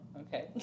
Okay